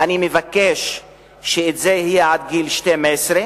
ואני מבקש שזה יהיה עד גיל 12,